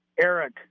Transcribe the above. Eric